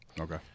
Okay